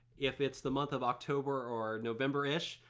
if it's the month of october or novemberish,